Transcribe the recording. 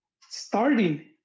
starting